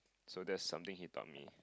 so that's something he taught me